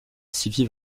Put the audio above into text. sylvie